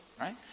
right